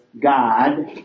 God